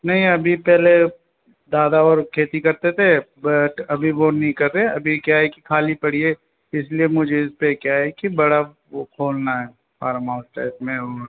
नहीं अभी पहले दादा वर खेती करते थे बट अभी वो नहीं कर रहे अभी क्या है कि खाली पड़ी है इसलिए मुझे इस पे क्या है के बड़ा वो खोलना है फारम हाउस टाइप में और